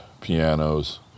pianos